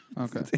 Okay